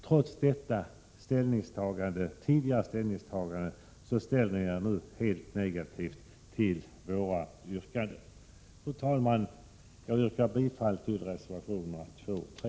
Trots detta tidigare ställningstagande ställer sig socialdemokraterna nu helt negativa till centerns yrkanden. Fru talman! Jag yrkar bifall till reservationerna 2 och 3.